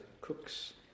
cooks